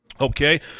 Okay